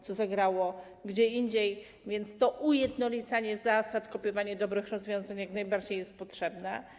Coś zagrało gdzie indziej, więc ujednolicanie zasad i kopiowanie dobrych rozwiązań jak najbardziej jest potrzebne.